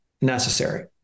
necessary